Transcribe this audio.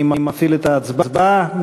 אני מפעיל את ההצבעה.